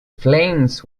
flames